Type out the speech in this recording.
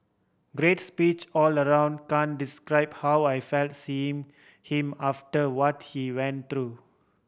great speech all the round can describe how I felt seeing him after what he went through